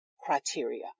criteria